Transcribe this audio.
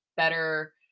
better